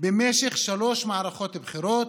במשך שלוש מערכות בחירות,